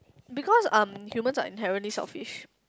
because um humans are inherently selfish